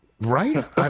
right